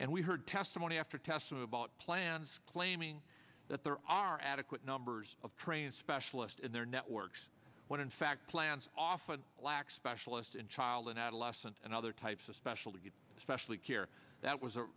and we heard testimony after testimony about plans claiming that there are adequate numbers of trained specialist in their networks when in fact plans often lack specialist in child and adolescent and other types especially especially care that was a